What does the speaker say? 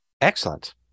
excellent